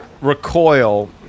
recoil